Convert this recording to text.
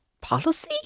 policy